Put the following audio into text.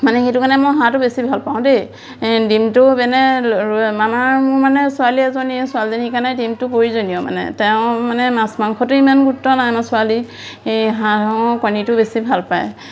মানে সেইটো কাৰণে মই হাঁহটো বেছি ভাল পাওঁ দেই ডিমটো মানে আমাৰ মোৰ মানে ছোৱালী এজনীয়ে ছোৱালীজনী সেইকাৰণে ডিমটো প্ৰয়োজনীয় মানে তেওঁ মানে মাছ মাংসটো ইমান গুৰুত্ব নাই আমাৰ ছোৱালী এই হাঁহো কণীটো বেছি ভাল পায়